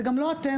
זה לא אתם,